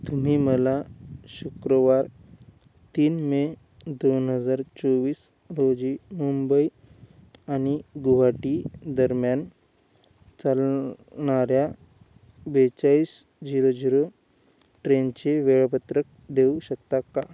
तुम्ही मला शुक्रवार तीन मे दोन हजार चोवीस रोजी मुंबई आणि गुवाहाटी दरम्यान चालणाऱ्या बेचाळीस झिरो झिरो ट्रेनचे वेळापत्रक देऊ शकता का